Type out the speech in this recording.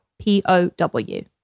P-O-W